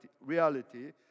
reality